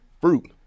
fruit